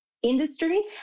Industry